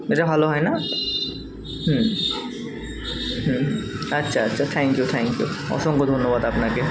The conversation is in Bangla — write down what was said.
এটা ভালো হয় না হুম হুম আচ্ছা আচ্ছা থ্যাংক ইউ থ্যাংক ইউ অসংখ্য ধন্যবাদ আপনাকে